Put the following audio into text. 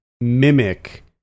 mimic